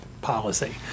policy